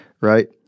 right